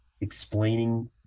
explaining